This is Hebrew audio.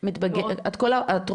אני חושבת שכדאי לדבר כל האוכלוסיות.